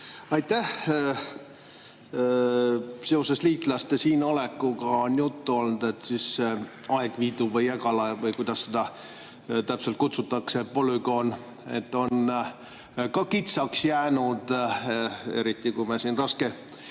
Aitäh! Seoses liitlaste siinolekuga on juttu olnud, et Aegviidu või Jägala – või kuidas seda täpselt kutsutakse – polügoon on ka kitsaks jäänud, eriti kui me